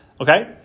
okay